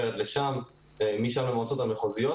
משם למועצות המחוזיות,